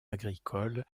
agricole